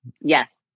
Yes